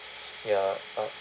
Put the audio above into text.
ya uh